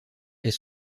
est